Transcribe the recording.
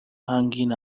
hanging